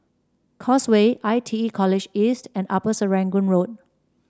Causeway I T E College East and Upper Serangoon Road